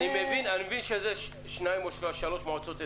אני מבין שמדובר שכמה מועצות אזוריות.